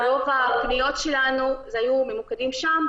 רוב הפניות שלנו היו ממוקדות שם.